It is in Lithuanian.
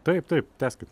taip taip tęskit